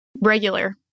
regular